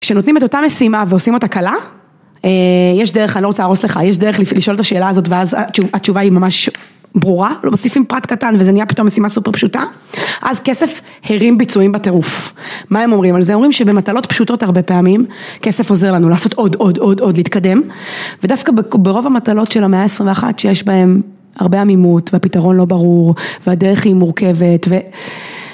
כשנותנים את אותה משימה ועושים אותה קלה? יש דרך, אני לא רוצה להרוס לך, יש דרך לשאול את השאלה הזאת ואז התשובה היא ממש ברורה, מוסיפים פרט קטן וזה נהיה פתאום משימה סופר פשוטה, אז כסף הרים ביצועים בטירוף, מה הם אומרים על זה? הם אומרים שבמטלות פשוטות הרבה פעמים, כסף עוזר לנו לעשות עוד, עוד, עוד, עוד להתקדם, ודווקא ברוב המטלות של המאה ה-21, שיש בהם הרבה עמימות והפתרון לא ברור והדרך היא מורכבת ו..